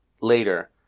later